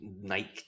Nike